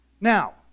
Now